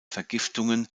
vergiftungen